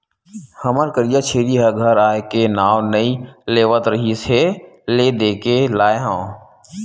हमर करिया छेरी ह घर आए के नांव नइ लेवत रिहिस हे ले देके लाय हँव